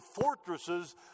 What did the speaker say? fortresses